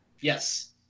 Yes